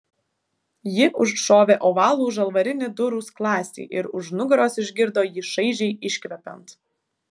ji užšovė ovalų žalvarinį durų skląstį ir už nugaros išgirdo jį šaižiai iškvepiant